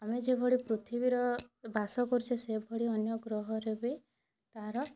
ଆମେ ଯେଭଳି ପୃଥିବୀରେ ବାସ କରୁଛେ ସେଭଳି ଅନ୍ୟ ଗ୍ରହରେ ବି ତାର